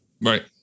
Right